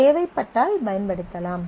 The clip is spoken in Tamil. தேவைப்பட்டால் பயன்படுத்தலாம்